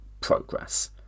progress